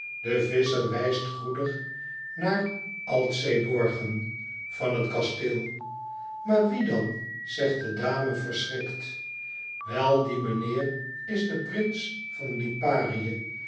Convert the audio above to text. de visscher wijst goedig naar altseeborgen van het kasteel maar wie dan zegt de dame verschrikt wel die meneer is de prins van liparië